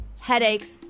headaches